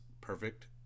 Perfect